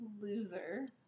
loser